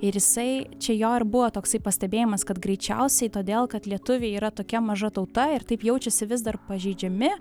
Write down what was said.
ir jisai čia jo ir buvo toksai pastebėjimas kad greičiausiai todėl kad lietuviai yra tokia maža tauta ir taip jaučiasi vis dar pažeidžiami